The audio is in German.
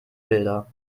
bilder